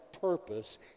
purpose